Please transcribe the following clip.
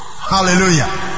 Hallelujah